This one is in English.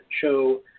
Show